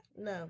No